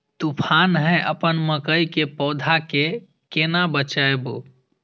तुफान है अपन मकई के पौधा के केना बचायब?